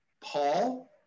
Paul